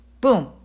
Boom